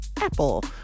Apple